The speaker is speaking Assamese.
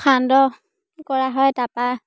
সান্দহ কৰা হয় তাৰপৰা